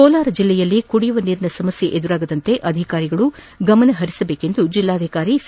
ಕೋಲಾರ ಜಿಲ್ಲೆಯಲ್ಲಿ ಕುಡಿಯುವ ನೀರಿನ ಸಮಸ್ನೆ ಎದುರಾಗದಂತೆ ಅಧಿಕಾರಿಗಳು ಗಮನ ಪರಿಸಬೇಕು ಎಂದು ಜಿಲ್ಲಾಧಿಕಾರಿ ಸಿ